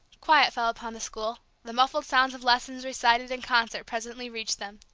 quiet fell upon the school the muffled sound of lessons recited in concert presently reached them.